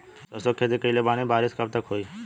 सरसों के खेती कईले बानी बारिश कब तक होई?